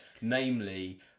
Namely